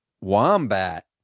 Wombat